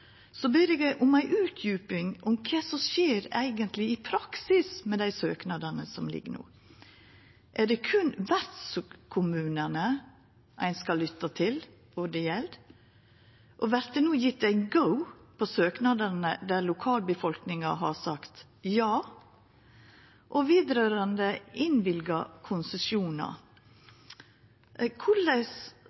ber eg om ei utdjuping om kva som eigentleg skjer i praksis med dei søknadene som ligg føre no. Er det berre vertskommunane ein skal lytta til, og berre dei det gjeld? Og vert det no gjeve ein «go» på søknadene der lokalbefolkninga har sagt ja? Og med omsyn til innvilga konsesjonar: Korleis